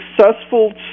successful